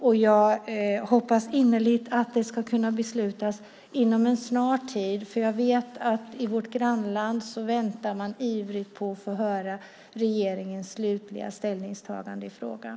Jag hoppas innerligt att det ska kunna beslutas inom en snar tid, för jag vet att man i vårt grannland väntar ivrigt på att få höra regeringens slutliga ställningstagande i frågan.